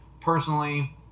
Personally